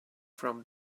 from